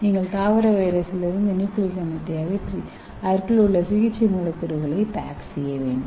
நீங்கள் தாவர வைரஸிலிருந்து நியூக்ளிக் அமிலத்தை அகற்றி அதற்குள் உள்ள சிகிச்சை மூலக்கூறுகளை பேக் செய்ய வேண்டும்